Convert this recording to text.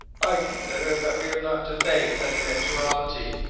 i consider that we have not to face that eventuality,